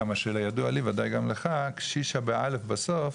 כמה שידוע לי ודאי גם לך, קשישא ב-א' בסוף,